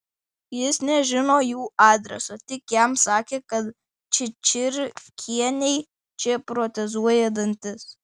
jis nežino jų adreso tik jam sakė kad čičirkienei čia protezuoja dantis